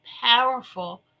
powerful